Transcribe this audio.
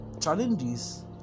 challenges